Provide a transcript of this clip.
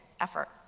effort